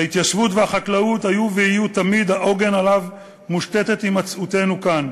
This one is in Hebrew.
ההתיישבות והחקלאות היו ויהיו תמיד העוגן שעליו מושתתת הימצאותנו כאן.